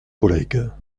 collègues